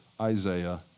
Isaiah